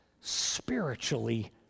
spiritually